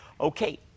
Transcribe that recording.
Okay